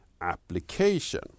application